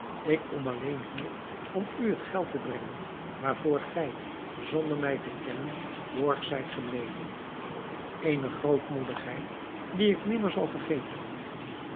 ik kom alleen hier om u het geld te brengen waarvoor gij zonder mij te kennen borg zijt gebleven eene grootmoedigheid die ik nimmer zal vergeten